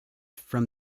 from